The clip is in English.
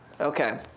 Okay